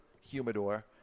humidor